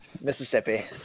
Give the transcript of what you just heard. Mississippi